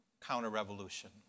counter-revolution